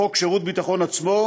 בחוק שירות ביטחון עצמו,